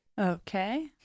Okay